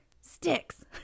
sticks